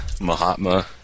Mahatma